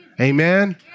Amen